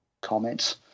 comments